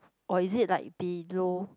or is it like below